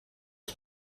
ydy